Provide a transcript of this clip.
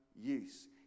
use